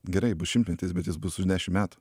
gerai bus šimtmetis bet jis bus už dešim metų